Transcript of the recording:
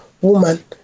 woman